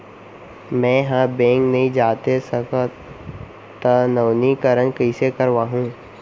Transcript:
मैं ह बैंक नई जाथे सकंव त नवीनीकरण कइसे करवाहू?